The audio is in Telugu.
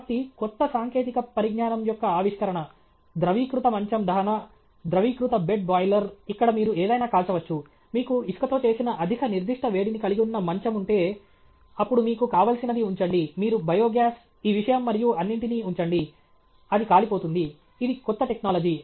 కాబట్టి కొత్త సాంకేతిక పరిజ్ఞానం యొక్క ఆవిష్కరణ ద్రవీకృత మంచం దహన ద్రవీకృత బెడ్ బాయిలర్ ఇక్కడ మీరు ఏదైనా కాల్చవచ్చు మీకు ఇసుకతో చేసిన అధిక నిర్దిష్ట వేడిని కలిగి ఉన్న మంచం ఉంటే అప్పుడు మీకు కావలసినది ఉంచండి మీరు బయోగ్యాస్ ఈ విషయం మరియు అన్నింటినీ ఉంచండి అది కాలిపోతుంది ఇది కొత్త టెక్నాలజీ